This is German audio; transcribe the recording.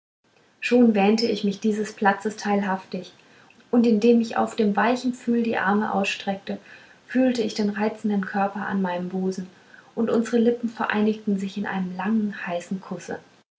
schon wähnte ich mich dieses platzes teilhaftig und indem ich auf dem weichen pfühl die arme ausstreckte fühlte ich den reizenden körper an meinem busen und unsere lippen vereinigten sich in einem langen heißen kusse